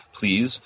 please